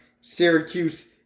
Syracuse